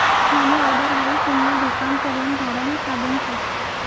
मनी order हाई शून्य धोकान चलन धाडण साधन शे